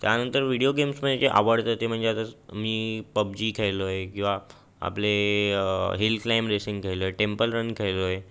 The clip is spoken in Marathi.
त्यांनतर विडिओ गेम्स म्हणजे जेे आवडतात ते म्हणजे आता स मी पबजी खेळलो आहे किंवा आपले हेल्थ लाईम रेसिंग खेळलो आहे टेम्पल रन खेळलो आहे